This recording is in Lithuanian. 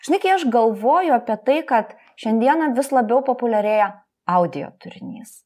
žinai kai aš galvoju apie tai kad šiandieną vis labiau populiarėja audio turinys